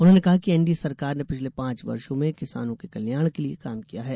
उन्होंने कहा कि एनडीए सरकार ने पिछले पांच वर्षो में किसानों के कल्याण के लिए काम किया है